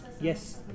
yes